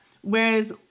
Whereas